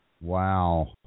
Wow